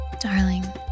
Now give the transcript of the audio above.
Darling